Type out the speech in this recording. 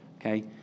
Okay